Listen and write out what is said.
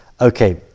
Okay